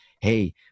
hey